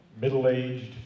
middle-aged